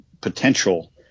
potential